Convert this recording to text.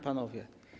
Panowie!